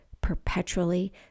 perpetually